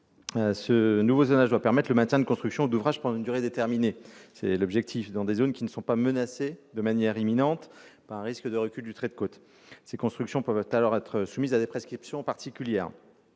Ce nouveau zonage doit permettre le maintien de constructions ou d'ouvrages pendant une durée déterminée dans des zones qui ne sont pas menacées de manière imminente par un risque de recul du trait de côte. Ces constructions peuvent alors être soumises à des prescriptions particulières.